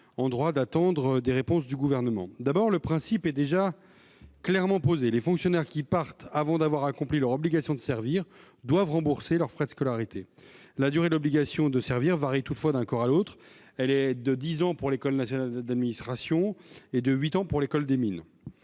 en droit d'attendre des réponses du Gouvernement. Le principe est déjà clairement posé : les fonctionnaires qui partent avant d'avoir accompli leur obligation de servir doivent rembourser leurs frais de scolarité. La durée de l'obligation de servir varie toutefois d'un corps à l'autre : elle est de dix ans pour l'École nationale d'administration, de huit pour l'École des mines,